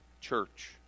church